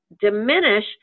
diminish